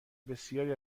بسیاری